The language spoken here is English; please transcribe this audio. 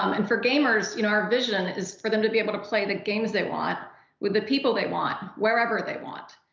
um and for gamers, you know our vision is for them to be able to play the games they want with the people they want, wherever they want.